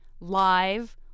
live